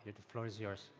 the floor is yours.